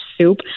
soup